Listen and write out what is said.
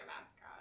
mascot